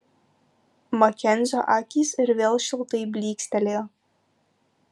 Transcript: makenzio akys ir vėl šiltai blykstelėjo